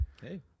Hey